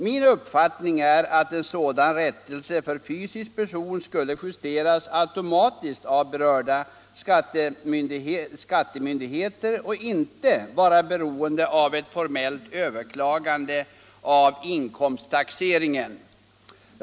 Min uppfattning är att sådan rättelse för fysisk person skulle göras automatiskt av berörda skattemyndigheter och inte vara beroende av ett formellt överklagande av inkomsttaxeringen.